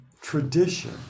tradition